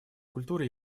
культуры